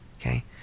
Okay